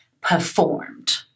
performed